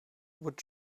would